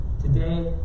Today